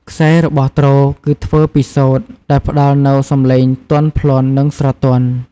ខ្សែរបស់ទ្រគឺធ្វើពីសូត្រដែលផ្តល់នូវសំឡេងទន់ភ្លន់និងស្រទន់។